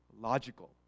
logical